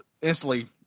instantly